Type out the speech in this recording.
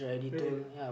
really